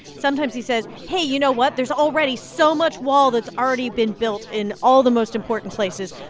sometimes, he says, hey, you know what? there's already so much wall that's already been built in all the most important places.